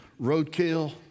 roadkill